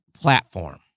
platform